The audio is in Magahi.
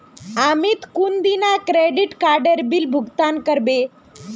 अमित कुंदिना क्रेडिट काडेर बिल भुगतान करबे